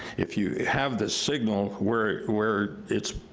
if you have this signal where where it's,